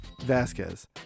Vasquez